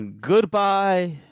Goodbye